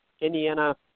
Indiana –